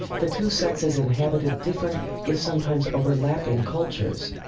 the two sexes inhabited different if sometimes overlapping cultures,